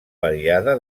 variada